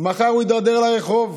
מחר הוא יידרדר לרחוב